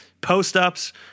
post-ups